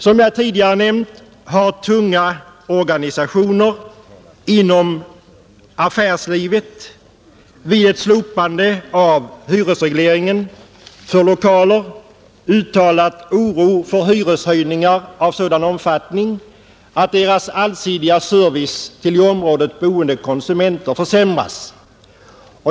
Som jag tidigare nämnt har tunga organisationer inom affärslivet inför tanken på ett slopande av hyresregleringen för lokaler uttalat oro för hyreshöjningar av sådan omfattning, att deras allsidiga service till i området boende konsumenter försämras.